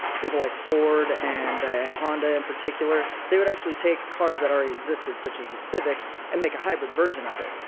people like ford and and honda in particular, they would actually take cars that already existed such as the civic and make a hybrid version of it.